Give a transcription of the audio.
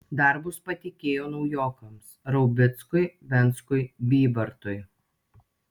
darbus patikėjo naujokams raubickui venckui bybartui